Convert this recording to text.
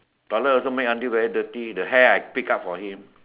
toilet also make until very dirty the hair I pick up for him